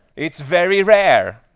it's very rare.